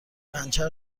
پنچر